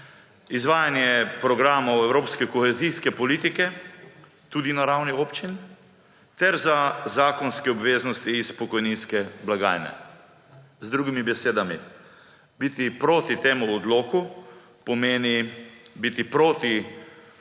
izvajanje programov evropske kohezijske politike, tudi na ravni občin, ter za zakonske obveznosti iz pokojninske blagajne. Z drugimi besedami, biti proti temu odloku pomeni biti proti